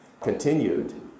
continued